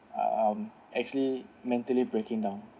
um actually mentally breaking down